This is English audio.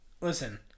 listen